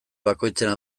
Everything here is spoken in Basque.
bakoitzean